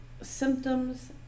symptoms